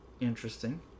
interesting